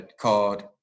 called